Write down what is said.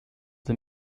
the